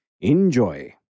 Enjoy